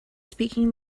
speaking